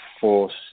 force